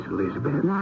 Elizabeth